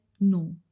no